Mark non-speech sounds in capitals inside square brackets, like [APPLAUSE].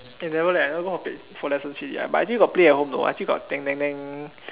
eh never leh never go for I actually got play at home though I still got [NOISE]